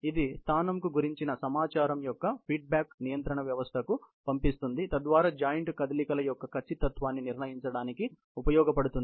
ఇది స్థానంకు గురించిన సమాచారం యొక్క ఫీడ్బ్యాక్ నియంత్రణ వ్యవస్థకు పంపిస్తుంది తద్వారా జాయింట్ కదలికల యొక్క ఖచ్చితత్వాన్ని నిర్ణయించడానికి ఉపయోగించబడుతుంది